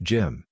Jim